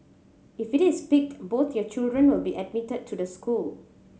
if it is picked both your children will be admitted to the school